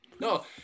No